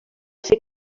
ser